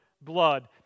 blood